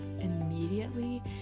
immediately